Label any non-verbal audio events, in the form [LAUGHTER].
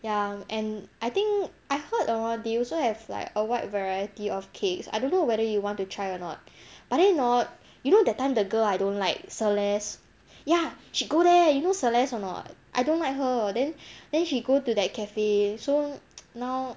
ya and I think I heard around they also have like a wide variety of cakes I don't know whether you want to try or not but then hor you know that time the girl I don't like celeste ya she go there you know celeste or not I don't like her then then she go to that cafe so [NOISE] now